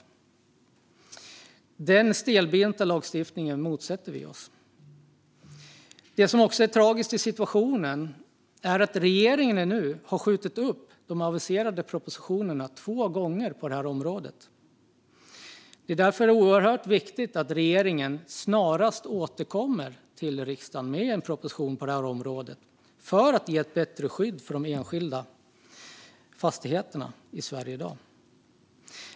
Vi motsätter oss den stelbenta lagstiftningen. Det som också är tragiskt i situationen är att regeringen nu har skjutit upp de aviserade propositionerna på det här området två gånger. Det är därför oerhört viktigt att regeringen snarast återkommer till riksdagen med en proposition på området, för att de enskilda fastigheterna i Sverige i dag ska ges ett bättre skydd.